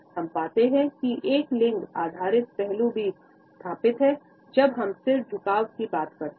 हम पाते हैं कि एक लिंग आधारित पहलू भी स्थापित है जब हम सिर झुकाव की बात करते है